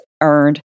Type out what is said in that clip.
earned